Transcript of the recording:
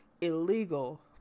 illegal